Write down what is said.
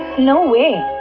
no way!